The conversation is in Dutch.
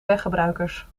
weggebruikers